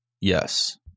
yes